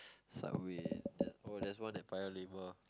Subway oh there's one at Paya-Lebar